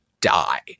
die